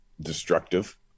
destructive